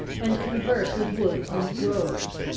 and converse with woods and groves,